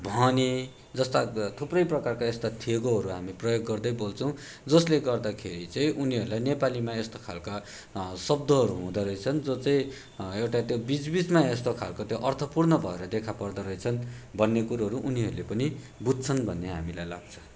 भने जस्ता थुप्रै प्रकारका यस्ता थेगोहरू हामी प्रयोग गर्दै बोल्छौँ जसले गर्दाखेरि चाहिँ उनीहरूलाई नेपालीमा यस्तो खाले शब्दहरू हुँदा रहेछन् जो चाहिँ एउटा त्यो बिच बिचमा यस्तो खालको त्यो अर्थपूर्ण भएर देखा पर्दा रहेछन् भन्ने कुरोहरू उनीहरूले पनि बुझ्छन् भन्ने हामीलाई लाग्छ